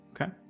Okay